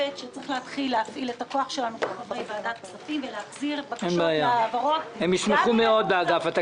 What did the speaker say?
להבין: תחבורה ציבורית מוגדרת היום